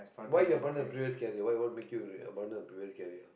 why you abandon previous carrier why want make you abandon previous carrier